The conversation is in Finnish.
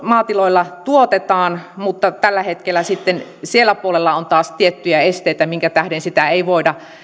maatiloilla tuotetaan mutta tällä hetkellä sitten siellä puolella on taas tiettyjä esteitä minkä tähden sitä ei voida